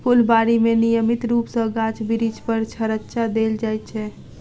फूलबाड़ी मे नियमित रूप सॅ गाछ बिरिछ पर छङच्चा देल जाइत छै